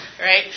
right